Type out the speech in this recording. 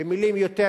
במלים יותר